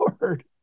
lord